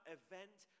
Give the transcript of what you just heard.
event